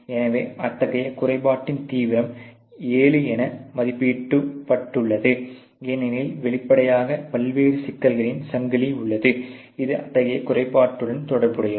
எனவே அத்தகைய குறைபாட்டின் தீவிரம் ஏழு என மதிப்பீடப்பட்டுள்ளது ஏனெனில் வெளிப்படையாக பல்வேறு சிக்கல்களின் சங்கிலி உள்ளது இது அத்தகைய குறைபாட்டுடன் தொடர்புடையது